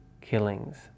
killings